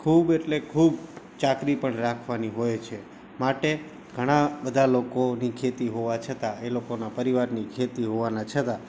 ખૂબ એટલે ખૂબ ચાકરી પણ રાખવાની હોય છે માટે ઘણા બધા લોકોની ખેતી હોવા છતાં એ લોકોનાં પરિવારની ખેતી હોવા છતાં